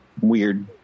weird